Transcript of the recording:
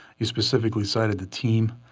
you specifically said it. the team,